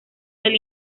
del